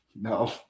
No